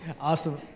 Awesome